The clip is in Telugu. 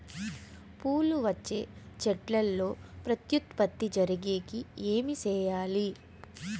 పూలు వచ్చే చెట్లల్లో ప్రత్యుత్పత్తి జరిగేకి ఏమి చేయాలి?